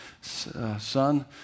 son